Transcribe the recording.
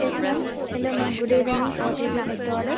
yes ma'am hello ma'am good evening what would you like to order